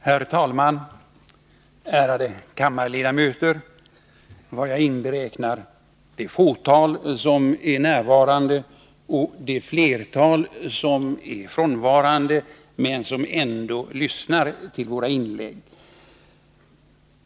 Herr talman! Ärade kammarledamöter! När jag säger ärade kammarledamöter inräknar jag det fåtal som är närvarande och det flertal som är frånvarande men som ändå lyssnar till våra inlägg.